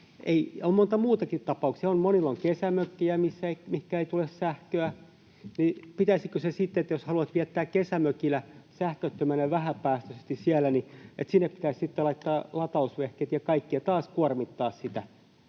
On monta muutakin tapausta. Monilla on kesämökki, mihinkä ei tule sähköä. Pitäisikö sitten, jos haluat viettää aikaa kesämökillä sähköttömänä, vähäpäästöisesti, sinne laittaa latausvehkeet ja kaikki ja taas kuormittaa sitä?